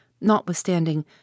notwithstanding